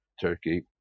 Turkey